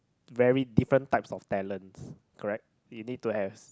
very different types of talents correct you need to have